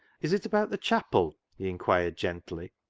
is it about the chapel? he inquired gently.